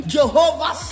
Jehovah